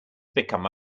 become